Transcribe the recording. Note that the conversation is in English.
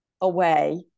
away